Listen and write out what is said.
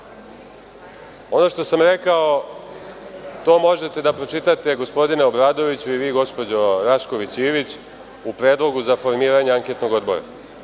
što sam rekao, to možete da pročitate, gospodine Obradoviću i vi gospođo Rašković Ivić, u predlogu za formiranje anketnog odbora.